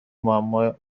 معما